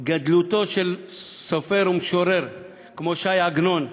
גדלותו של סופר ומשורר כמו ש"י עגנון,